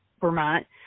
Vermont